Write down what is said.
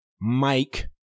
Mike